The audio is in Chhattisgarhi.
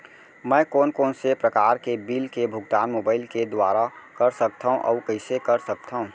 मैं कोन कोन से प्रकार के बिल के भुगतान मोबाईल के दुवारा कर सकथव अऊ कइसे कर सकथव?